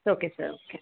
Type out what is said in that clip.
okay sir okay